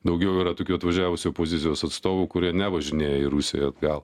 daugiau yra tokių atvažiavusių opozicijos atstovų kurie nevažinėja į rusiją atgal